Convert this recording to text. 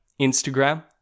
Instagram